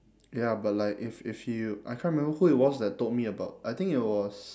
ya but like if if you I can't remember who it was that told me about I think it was